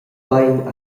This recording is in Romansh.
bein